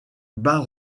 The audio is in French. bas